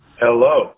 Hello